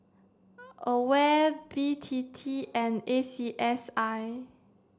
AWARE B T T and A C S I